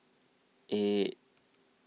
eight